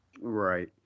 Right